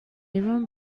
even